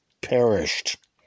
perished